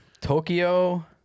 Tokyo